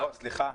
סליחה,